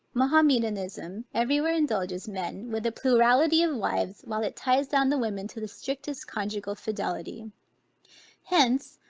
mahometanism every where indulges men with a plurality of wives while it ties down the women to the strictest conjugal fidelity hence,